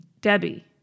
Debbie